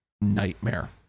nightmare